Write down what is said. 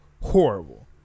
horrible